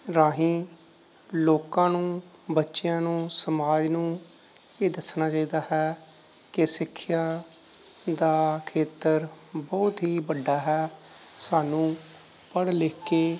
ਰਾਹੀਂ ਲੋਕਾਂ ਨੂੰ ਬੱਚਿਆਂ ਨੂੰ ਸਮਾਜ ਨੂੰ ਇਹ ਦੱਸਣਾ ਚਾਹੀਦਾ ਹੈ ਕਿ ਸਿੱਖਿਆ ਦਾ ਖੇਤਰ ਬਹੁਤ ਹੀ ਵੱਡਾ ਹੈ ਸਾਨੂੰ ਪੜ੍ਹ ਲਿਖ ਕੇ